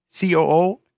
COO